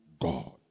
God